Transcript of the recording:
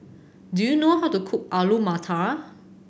do you know how to cook Alu Matar